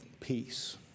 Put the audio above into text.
peace